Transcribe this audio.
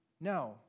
No